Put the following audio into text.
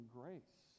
grace